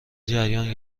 جریان